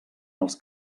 els